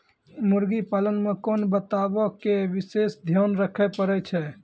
मुर्गी पालन मे कोंन बातो के विशेष ध्यान रखे पड़ै छै?